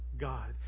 God